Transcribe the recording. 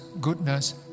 Goodness